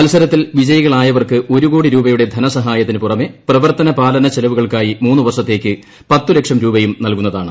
മത്സരത്തിൽ വിജയികളായവർക്ക് ഒരു കോടി രൂപയ്യൂടെ ധനസഹായത്തിനു പുറമെ പ്രവർത്തന പാലീന ചെലവുകൾക്കായി മൂന്നുവർഷത്തേക്ക് പത്ത് ലിക്ഷ്ട് രൂപയും നൽകുന്നതാണ്